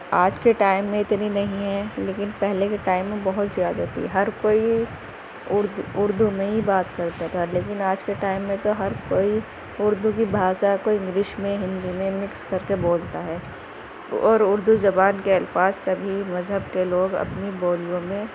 آج کے ٹائم میں اتنی نہیں ہے لیکن پہلے کے ٹائم میں بہت زیادہ تھی ہر کوئی اردو اردو میں ہی بات کرتا تھا لیکن آج کے ٹائم میں تو ہر کوئی اردو کی بھاسا کو انگلش میں ہندی میں مکس کر کے بولتا ہے اور اردو زبان کے الفاظ سبھی مذہب کے لوگ اپنی بولیوں میں